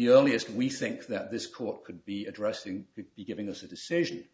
earliest we think that this court could be addressing would be giving us a decision